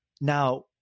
Now